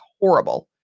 horrible